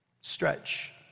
Stretch